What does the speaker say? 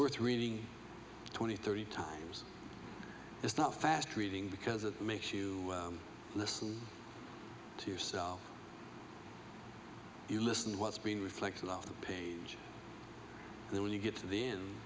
worth reading twenty thirty times it's not fast reading because it makes you listen to yourself you listen to what's being reflected off the page then when you get to the end